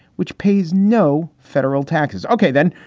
which pays no federal taxes. ok, then.